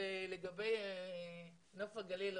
לגבי נוף הגליל.